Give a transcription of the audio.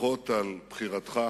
ברכות על בחירתך